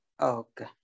Okay